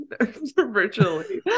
virtually